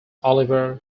oliver